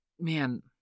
Man